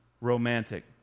romantic